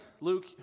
Luke